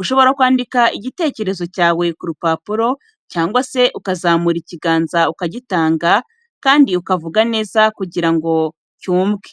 Ushobora kwandika igitekerezo cyawe ku rupapuro cyangwa se ukazamura ikiganza ukagitanga, kandi ukavuga neza kugira ngo cy'umvwe.